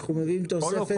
אנחנו מביאים תוספת לביצוע.